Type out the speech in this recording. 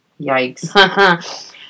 Yikes